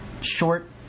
short